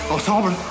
Ensemble